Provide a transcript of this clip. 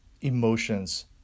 emotions